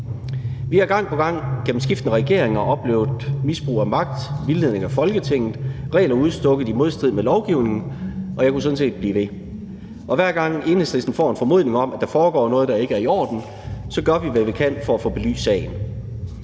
Vi har gang på gang og gennem skiftende regeringer oplevet misbrug af magt, vildledning af Folketinget, regler udstukket i modstrid med lovgivningen, og jeg kunne sådan set blive ved, og hver gang Enhedslisten får en formodning om, at der foregår noget, der ikke er i orden, gør vi, hvad vi kan for at få belyst sagen,